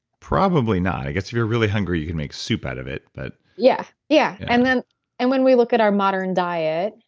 probably not. guess if you're really hungry, you could make soup out of it but yeah, yeah. and when and when we look at our modern diet,